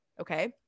okay